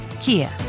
Kia